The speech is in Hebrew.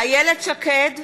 איילת שקד,